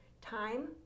time